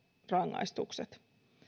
rangaistukset